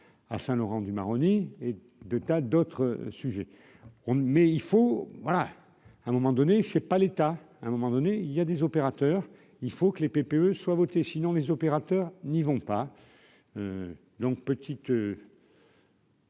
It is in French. à Saint-Laurent du Maroni et de tas d'autres sujets on ne mais il faut voilà à un moment donné, je sais pas l'état à un moment donné il y a des opérateurs, il faut que les PPE soit votée, sinon les opérateurs n'y vont pas donc petite.